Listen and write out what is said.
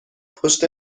پشت